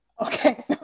Okay